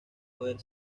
haber